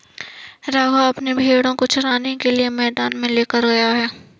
राघव अपने भेड़ों को चराने के लिए मैदान में लेकर गया है